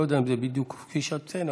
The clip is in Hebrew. לא יודע אם זה בדיוק כפי שאת מציינת,